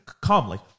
calmly